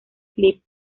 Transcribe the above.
clip